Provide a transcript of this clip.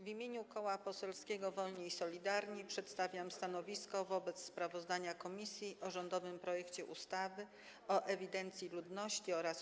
W imieniu Koła Poselskiego Wolni i Solidarni przedstawiam stanowisko wobec sprawozdania komisji o rządowym projekcie ustawy o zmianie ustawy o ewidencji ludności oraz